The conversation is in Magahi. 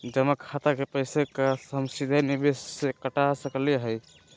जमा खाता के पैसा का हम सीधे निवेस में कटा सकली हई?